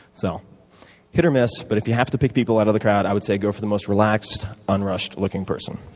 so hit or miss. but if you have to pick people out of the crowd, i would say go for the most relaxed, unrushed-looking person.